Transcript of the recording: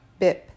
bip